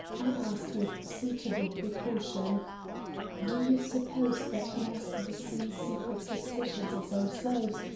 i asked with suitable precaution do you suppose that he has the same secret suspicions as ourselves,